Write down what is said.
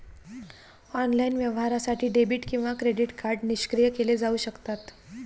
online व्यवहारासाठी debit किंवा credit card निष्क्रिय केले जाऊ शकतात